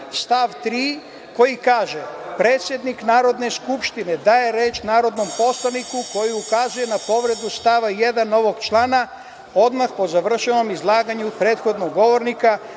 stav 3, koji kaže – predsednik Narodne skupštine daje reč narodnom poslaniku koji ukazuje na povredu stava 1. ovog člana odmah po završenom izlaganju prethodnog govornika,